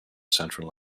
central